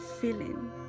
feeling